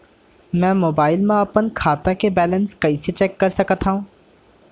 मैं मोबाइल मा अपन खाता के बैलेन्स कइसे चेक कर सकत हव?